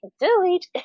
delete